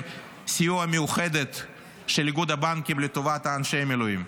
סיוע מיוחדת של איגוד הבנקים לטובת אנשי המילואים,